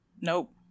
nope